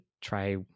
try